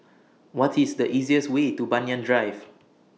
What IS The easiest Way to Banyan Drive